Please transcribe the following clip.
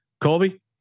Colby